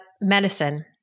Medicine